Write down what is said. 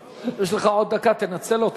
יש לך עוד דקה, תנצל אותה.